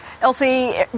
Elsie